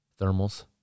thermals